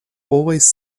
always